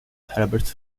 herbert